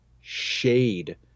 shade